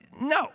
No